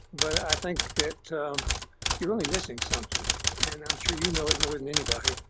but i think that you're really missing something and i'm sure you know it more than anybody.